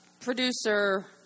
producer